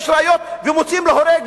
יש ראיות ומוציאים להורג,